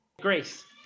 Grace